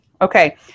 Okay